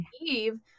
Eve